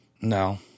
No